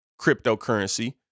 cryptocurrency